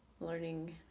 learning